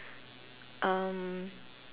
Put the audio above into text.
um